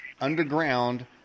underground